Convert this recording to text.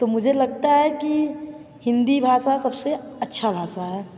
तो मुझे लगता है कि हिंदी भाषा सबसे अच्छा भाषा है